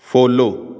follow